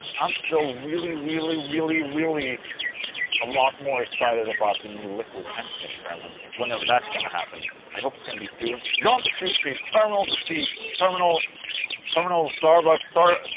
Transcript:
i'm still really really really really a lot more excited about the new liquid tension experiment, whenever that's gonna happen i hope it's gonna be soon john petrucci terminal disease terminal terminal starbucks, star.